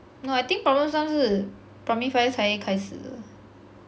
no I think problem sum 是 primary five 才开始